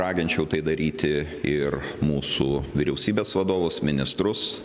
raginčiau tai daryti ir mūsų vyriausybės vadovus ministrus